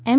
એમ